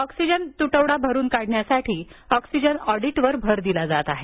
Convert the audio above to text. oxygen तुटवडा भरून काढण्यासाठी ऑक्सिजन ऑडिटवर भर दिला जात आहे